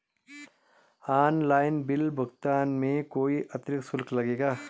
Online bill भुगतान में कोई अतिरिक्त शुल्क लगेगा?